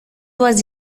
was